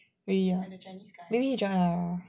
really ah maybe he join ah